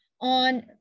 on